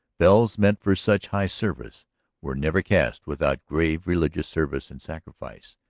bells meant for such high service were never cast without grave religious service and sacrifice.